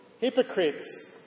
Hypocrites